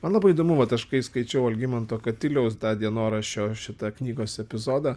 man labai įdomu vat aš kai skaičiau algimanto katiliaus tą dienoraščio šitą knygos epizodą